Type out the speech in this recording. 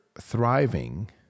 thriving